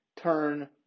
turn